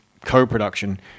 co-production